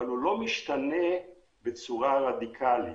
אבל לא בצורה רדיקלית.